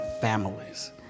families